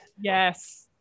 Yes